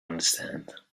understand